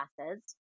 classes